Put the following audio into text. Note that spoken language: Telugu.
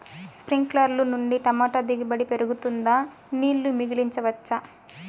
స్ప్రింక్లర్లు నుండి టమోటా దిగుబడి పెరుగుతుందా? నీళ్లు మిగిలించవచ్చా?